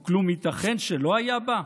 וכלום ייתכן שלא היה בא?